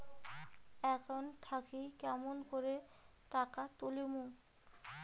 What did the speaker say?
Account থাকি কেমন করি টাকা তুলিম?